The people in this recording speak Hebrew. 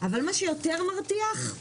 אבל מה שיותר מרתיח,